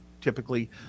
typically